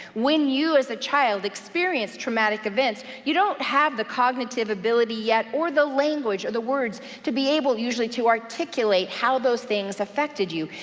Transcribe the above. when you as a child experience traumatic events, you don't have the cognitive ability yet, or the language, or the words to be able usually to articulate how those things affected you,